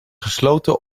gesloten